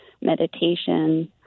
meditation